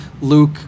Luke